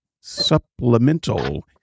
Supplemental